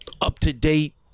up-to-date